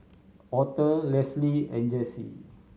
Aurthur Leslie and Jessi